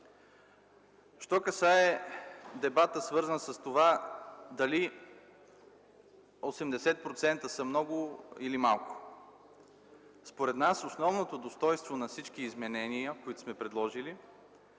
се касае до дебата, свързан с това дали 80% са много или малко. Според нас основното достойнство на всички изменения, които сме предложили,